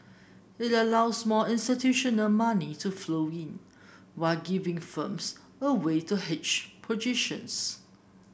it allows more institutional money to flow in while giving firms a way to hedge